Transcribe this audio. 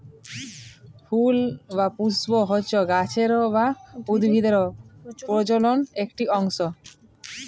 ফুল বা পুস্প হচ্যে গাছের বা উদ্ভিদের প্রজলন একটি অংশ